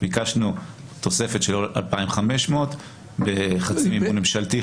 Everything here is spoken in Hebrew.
ביקשנו תוספת של עוד 2,500 בחצי מימון ממשלתי,